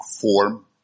form